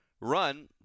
run